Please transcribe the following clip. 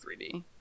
3D